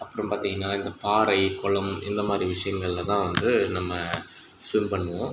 அப்புறம் பார்த்தீங்கன்னா இந்த பாறை குளம் இந்த மாதிரி விஷயங்கள்ல தான் வந்து நம்ம ஸ்விம் பண்ணுவோம்